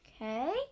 okay